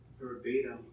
verbatim